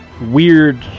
weird